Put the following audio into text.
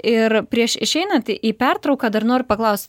ir prieš išeinant į pertrauką dar noriu paklaust